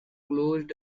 closes